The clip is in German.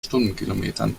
stundenkilometern